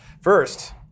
First